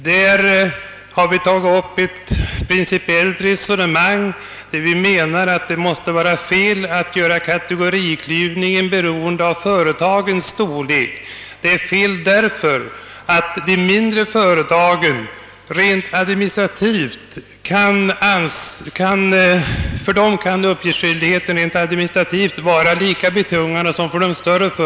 Där har vi fört ett principiellt resonemang och framhållit att det måste vara fel att göra kategoriklyvningen beroende av företagens storlek, därför att för de mindre företagen kan <:uppgiftsskyldigheten rent administrativt vara minst lika betungande som för de större.